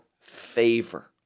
favor